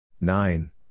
Nine